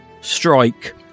strike